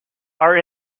are